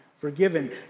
Forgiven